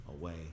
away